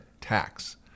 tax